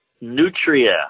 nutria